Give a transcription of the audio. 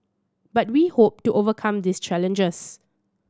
but we hope to overcome these challenges